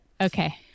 Okay